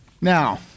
Now